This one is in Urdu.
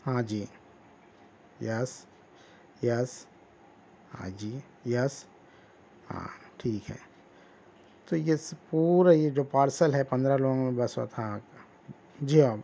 ہاں جی یس یس ہاں جی یس ہاں ٹھیک ہے تو یہ سب پورا یہ جو پارسل ہے پندرہ لوگوں بس وہ تھا جی ہاں